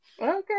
okay